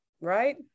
Right